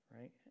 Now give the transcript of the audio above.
right